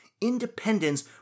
independence